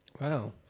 Wow